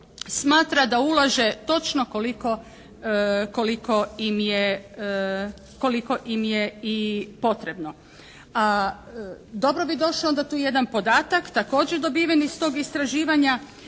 smatra da ulaže točno koliko im je i potrebno. A dobro bi došao tu jedan podatak također dobiven iz tog istraživanja